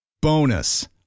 Bonus